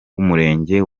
w’umurenge